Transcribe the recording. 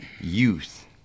youth